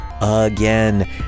again